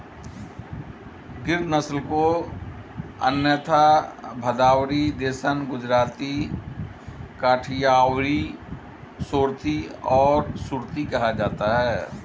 गिर नस्ल को अन्यथा भदावरी, देसन, गुजराती, काठियावाड़ी, सोरथी और सुरती कहा जाता है